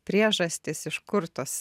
priežastys iš kur tas